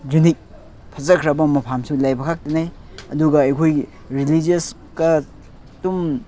unique ꯐꯖꯈ꯭ꯔꯕ ꯃꯐꯝꯁꯨ ꯂꯩꯕ ꯈꯛꯇꯅꯦ ꯑꯗꯨꯒ ꯑꯩꯈꯣꯏꯒꯤ ꯔꯤꯂꯤꯖꯤꯌꯁꯀ ꯑꯗꯨꯝ